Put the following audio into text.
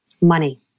Money